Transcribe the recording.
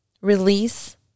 release